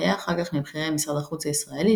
שהיה אחר כך מבכירי משרד החוץ הישראלי,